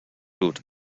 include